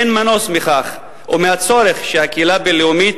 אין מנוס מהצורך שהקהילה הבין-לאומית